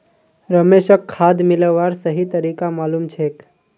रमेशक खाद मिलव्वार सही तरीका मालूम छेक